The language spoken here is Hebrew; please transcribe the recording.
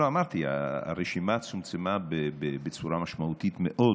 אמרתי, הרשימה צומצמה בצורה משמעותית מאוד,